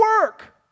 work